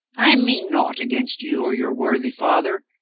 i mean naught against you or your worthy father.